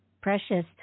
Precious